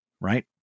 right